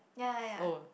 ya ya ya